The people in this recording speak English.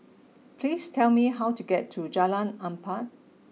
please tell me how to get to Jalan Empat